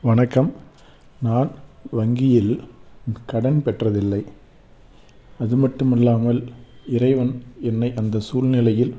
வணக்கம் நான் வங்கியில் கடன் பெற்றதில்லை அது மட்டும் அல்லாமல் இறைவன் என்னை அந்த சூழ்நிலையில்